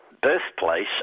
birthplace